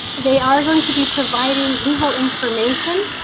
they are going to be providing legal information.